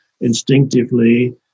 instinctively